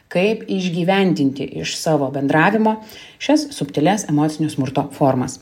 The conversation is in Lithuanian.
kaip išgyvendinti iš savo bendravimo šias subtilias emocinio smurto formas